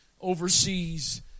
overseas